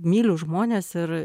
myliu žmones ir